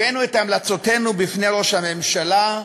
הבאנו את המלצותינו בפני ראש הממשלה,